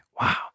Wow